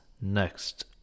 next